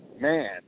man